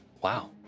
Wow